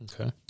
Okay